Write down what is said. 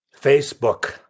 Facebook